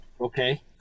okay